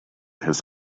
his